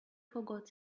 forgot